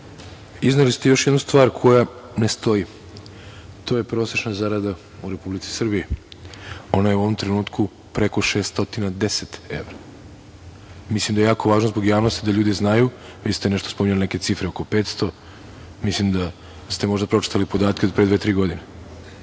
Izneli ste još jednu stvar koja ne stoji, a to je prosečna zarada u Republici Srbiji. Ona je u ovom trenutku preko 610 evra. Mislim da je jako važno zbog javnosti, da ljudi znaju, pošto ste spominjali neke cifre oko 500, mislim da ste pročitali podatke od pre dve,